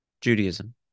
Judaism